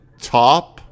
top